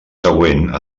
següent